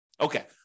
Okay